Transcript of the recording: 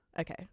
Okay